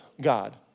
God